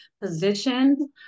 position